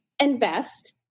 invest